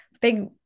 big